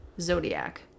Zodiac